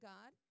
God